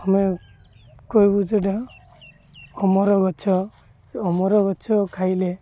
ଆମେ କହିବୁ ସେଟା ଅମର ଗଛ ସେ ଅମର ଗଛ ଖାଇଲେ